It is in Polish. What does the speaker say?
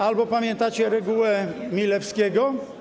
Albo pamiętacie regułę Milewskiego?